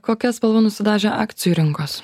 kokia spalva nusidažė akcijų rinkos